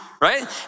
right